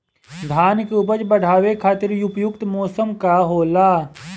धान के उपज बढ़ावे खातिर उपयुक्त मौसम का होला?